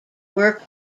work